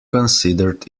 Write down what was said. considered